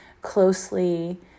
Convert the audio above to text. closely